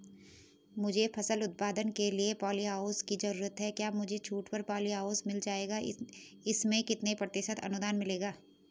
मुझे फसल उत्पादन के लिए प ॉलीहाउस की जरूरत है क्या मुझे छूट पर पॉलीहाउस मिल जाएगा इसमें कितने प्रतिशत अनुदान मिलेगा?